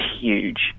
huge